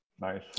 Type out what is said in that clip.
Nice